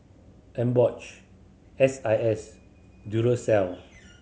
Emborch S I S Duracell